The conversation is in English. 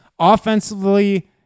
offensively